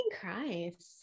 Christ